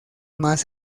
más